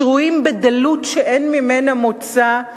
שרויים בדלות שאין ממנה מוצא.